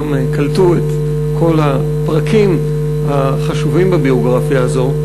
קלטו את כל הפרקים החשובים בביוגרפיה הזאת.